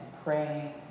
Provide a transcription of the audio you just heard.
Praying